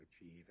achieve